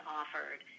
offered